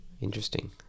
Interesting